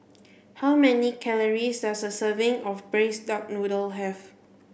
how many calories does a serving of braised duck noodle have